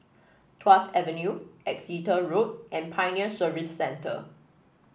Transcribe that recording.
Tuas Avenue Exeter Road and Pioneer Service Centre